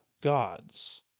gods